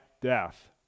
death